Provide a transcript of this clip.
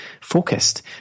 focused